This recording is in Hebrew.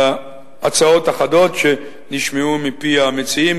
באשר להצעות אחדות שנשמעו מפי המציעים,